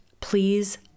please